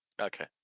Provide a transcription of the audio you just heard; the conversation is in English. Okay